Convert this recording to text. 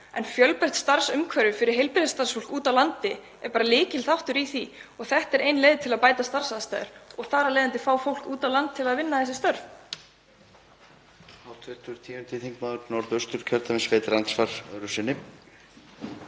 og fjölbreytt starfsumhverfi fyrir heilbrigðisstarfsfólk úti á landi er lykilþáttur í því. Þetta er ein leið til að bæta starfsaðstæður og fá þar af leiðandi fólk út á land til að vinna þessi störf.